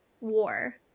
war